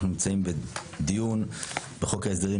אנחנו נמצאים בדיון בחוק ההסדרים,